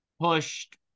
pushed